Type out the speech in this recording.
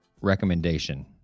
recommendation